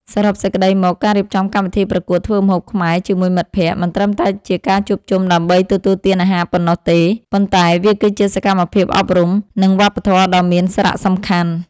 សរុបសេចក្ដីមក ការរៀបចំកម្មវិធីប្រកួតធ្វើម្ហូបខ្មែរជាមួយមិត្តភក្តិ មិនត្រឹមតែជាការជួបជុំដើម្បីទទួលទានអាហារប៉ុណ្ណោះទេ ប៉ុន្តែវាគឺជាសកម្មភាពអប់រំ និងវប្បធម៌ដ៏មានសារៈសំខាន់។